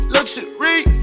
Luxury